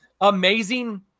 amazing